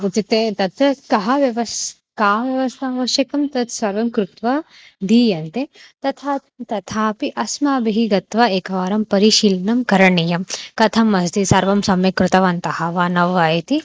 उच्यते तत्र कः व्यवस्था का व्यवस्था आवश्यकं तत् सर्वं कृत्वा दीयन्ते तथा तथापि अस्माभिः गत्वा एकवारं परिशीलनं करणीयं कथम् अस्ति सर्वं सम्यक् कृतवन्तः वा न वा इति